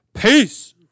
Peace